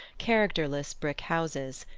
characterless brick houses,